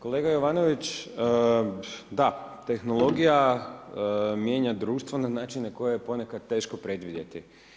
Kolega Jovanović, da tehnologija mijenja društvo, na način na koje je ponekad teško predvidjeti.